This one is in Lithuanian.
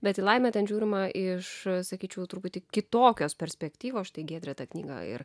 bet į laimę ten žiūrima iš sakyčiau truputį kitokios perspektyvos štai giedrė tą knygą ir